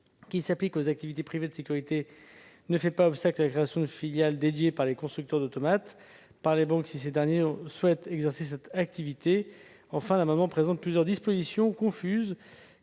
qui s'applique aux activités privées de sécurité ne fait pas obstacle à la création de filiales dédiées par les constructeurs d'automates ou par les banques, s'ils souhaitent exercer cette activité. Enfin, plusieurs dispositions de